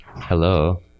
Hello